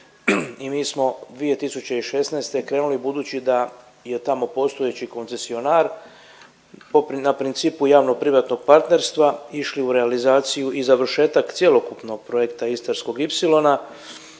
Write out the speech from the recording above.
mi smo 2016. krenuli budući da je tamo postojeći koncesionar na principu javno-privatnog partnerstva išli u realizaciju i završetak cjelokupnog projekta Istarskog